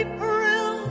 April